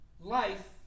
life